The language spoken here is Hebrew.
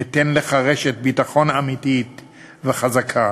ניתן לך רשת ביטחון אמיתית וחזקה.